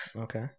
Okay